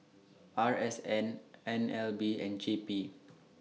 R S N N L B and J P